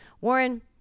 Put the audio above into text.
Warren